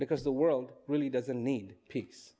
because the world really doesn't need peace